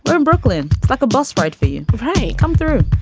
but in brooklyn. like a bus ride for you. hey, come through